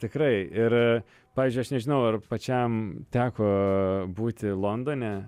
tikrai ir pavyzdžiui aš nežinau ar pačiam teko būti londone